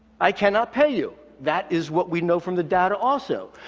i cannot pay you. that is what we know from the data also,